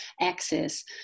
access